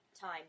time